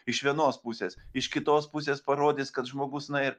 iš vienos pusės iš kitos pusės parodys kad žmogus na ir